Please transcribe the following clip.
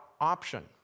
option